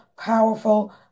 powerful